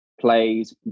plays